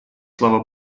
слова